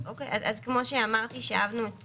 אז כמו שאמרתי, שאבנו את